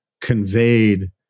conveyed